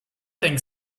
think